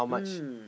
mm